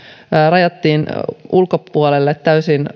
rajattiin täysin